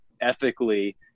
ethically